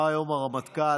אמר היום הרמטכ"ל,